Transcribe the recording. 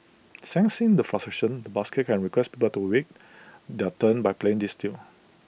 sensing the frustration the busker can request people to wait their turn by playing this tune